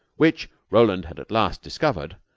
which, roland had at last discovered,